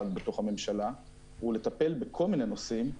בתוך הממשלה הוא לטפל בכל מיני נושאים,